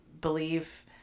believe